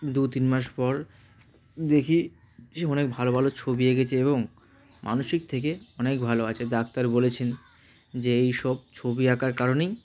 দু তিন মাস পর দেখি সে অনেক ভালো ভালো ছবি এঁকেছে এবং মানসিক থেকে অনেক ভালো আছে ডাক্তার বলেছেন যে এই সব ছবি আঁকার কারণেই